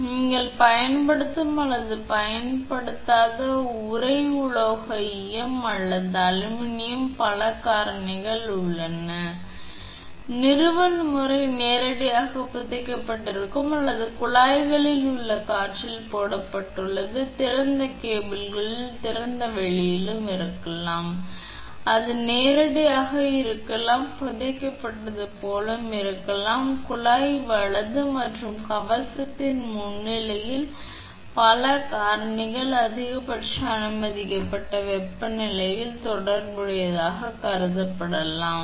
எனவே நீங்கள் பயன்படுத்தும் அல்லது பயன்படுத்தாத உறை உலோக ஈயம் அல்லது அலுமினியம் பல காரணிகள் உள்ளன நிறுவல் முறை நேரடியாக புதைக்கப்பட்டிருக்கும் அல்லது குழாய்களில் அல்லது காற்றில் போடப்பட்டுள்ளது திறந்த கேபிளில் திறந்த வெளியிலும் இருக்கலாம் அது நேரடியாக இருக்கலாம் புதைக்கப்பட்டது அல்லது ஒரு குழாய் வலது மற்றும் உங்கள் கவசத்தின் முன்னிலையில் பல காரணிகள் அதிகபட்சமாக அனுமதிக்கப்பட்ட வெப்பநிலையுடன் தொடர்புடையதாக கருதப்படலாம்